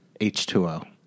H2O